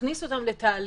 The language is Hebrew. שמכניס אותם לתהליך.